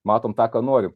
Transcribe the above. matom tą ką norim